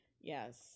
Yes